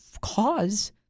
cause